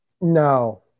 No